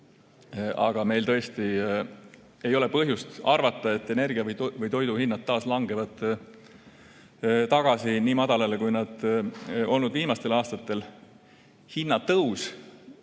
Aga meil tõesti ei ole põhjust arvata, et energia‑ ja toiduhinnad taas langevad tagasi nii madalale, kui nad on olnud viimastel aastatel. Hinnatõus